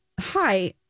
Hi